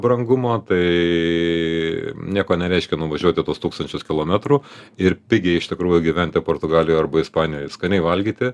brangumo tai nieko nereiškia nuvažiuoti tuos tūkstančius kilometrų ir pigiai iš tikrųjų gyventi portugalijoj arba ispanijoj skaniai valgyti